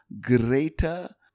greater